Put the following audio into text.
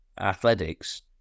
athletics